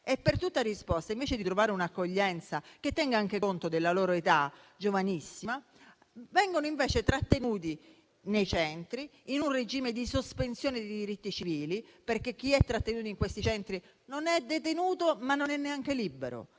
Per tutta risposta, invece di trovare un'accoglienza che tenga anche conto della loro età giovanissima, vengono trattenuti nei centri in un regime di sospensione di diritti civili: chi è trattenuto in questi centri non è detenuto, ma non è neanche libero;